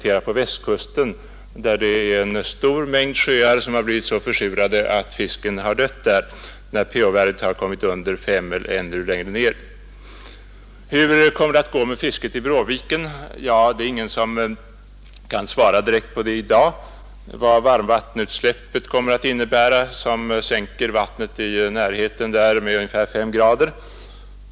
Där har vi kunnat konstatera att en stor mängd sjöar blivit så försurade att fisken har dött, när pH-värdet kommit under 5 eller ännu lägre. Hur kommer det att gå med fisket i Bråviken? Det är ingen som i dag kan svara direkt på frågan vad varmvattenutsläppet kommer att innebära, som höjer vattentemperaturen i närheten med ungefär fem grader.